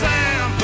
Sam